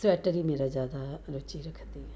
sweater ਹੀ ਮੇਰਾ ਜ਼ਿਆਦਾ ਰੁਚੀ ਰੱਖਦੀ ਹਾਂ